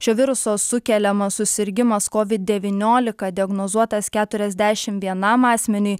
šio viruso sukeliamas susirgimas kovid devyniolika diagnozuotas keturiasdešimt vienam asmeniui